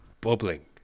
Bubbling